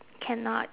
cannot